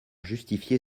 justifier